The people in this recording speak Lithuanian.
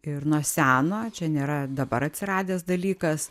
ir nuo seno čia nėra dabar atsiradęs dalykas